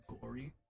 gory